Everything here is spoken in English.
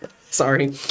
sorry